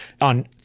on